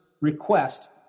request